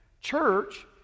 church